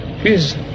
Please